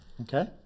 Okay